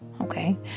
Okay